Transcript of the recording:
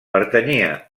pertanyia